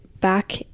back